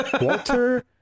Walter